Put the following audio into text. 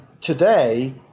today